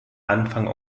anfang